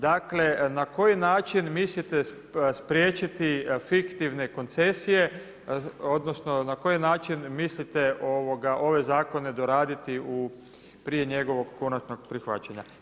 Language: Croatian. Dakle na koji način mislite spriječiti fiktivne koncesije odnosno na koji način mislite ove zakone doraditi prije njegovog konačnog prihvaćanja?